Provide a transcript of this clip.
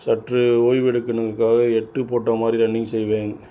சற்று ஓய்வெடுக்கணுங்க்காக எட்டு போட்ட மாதிரி ரன்னிங் செய்வேன்